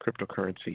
cryptocurrency